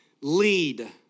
lead